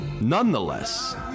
nonetheless